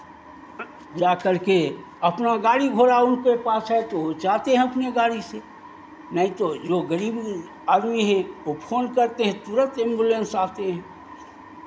जाकर के अपना गाड़ी घोड़ा उनके पास है तो ओ जाते हैं अपने गाड़ी से नहीं तो जो गरीब आदमी हैं वो फोन करते हैं तुरंत एम्बुलेंस आते हैं